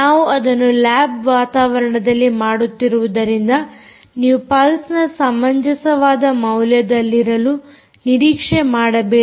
ನಾವು ಅದನ್ನು ಲ್ಯಾಬ್ ವಾತಾವರಣದಲ್ಲಿ ಮಾಡುತ್ತಿರುವುದರಿಂದ ನೀವು ಪಲ್ಸ್ ಸಮಂಜಸವಾದ ಮೌಲ್ಯದಲ್ಲಿರಲು ನಿರೀಕ್ಷೆ ಮಾಡಬೇಡಿ